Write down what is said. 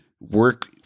Work